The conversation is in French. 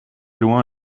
loin